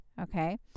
Okay